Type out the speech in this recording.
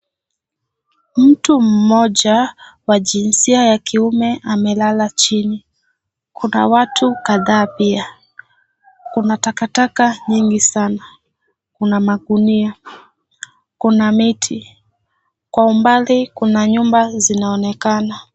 Mtu mmoja wa jinsia ya kiume amelala chini. Kuna watu kadhaa Kuna takataka nyingi sana, kuna magunia, kuna miti kwa umbali Kuna nyumba zinaonekana.